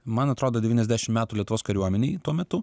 man atrodo devyniasdešimt metų lietuvos kariuomenėj tuo metu